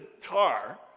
tar